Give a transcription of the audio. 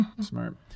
Smart